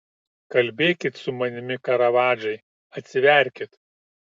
kalbėkit su manimi karavadžai atsiverkit